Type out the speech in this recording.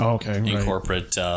incorporate